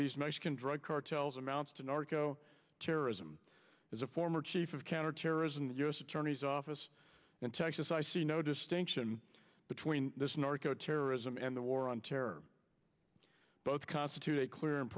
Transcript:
these mexican drug cartels amounts to narco terrorism as a former chief of counterterrorism the u s attorney's office in texas i see no distinction between this narco terrorism and the war on terror both constitute a clear and